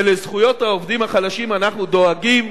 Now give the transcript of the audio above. ולזכויות העובדים החדשים אנחנו דואגים.